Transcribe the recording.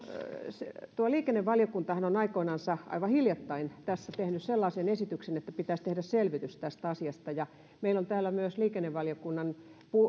liikennevaliokuntahan on aikoinansa aivan hiljattain tässä tehnyt sellaisen esityksen että pitäisi tehdä selvitys tästä asiasta ja meillä on täällä myös liikennevaliokunnan